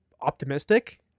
optimistic